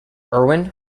erwin